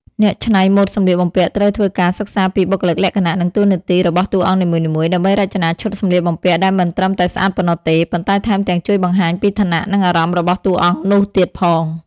អ្នកច្នៃម៉ូដសម្លៀកបំពាក់ត្រូវធ្វើការសិក្សាពីបុគ្គលិកលក្ខណៈ និងតួនាទីរបស់តួអង្គនីមួយៗ ដើម្បីរចនាឈុតសម្លៀកបំពាក់ដែលមិនត្រឹមតែស្អាតប៉ុណ្ណោះទេ ប៉ុន្តែថែមទាំងជួយបង្ហាញពីឋានៈ និងអារម្មណ៍របស់តួអង្គនោះទៀតផង។